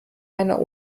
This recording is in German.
meiner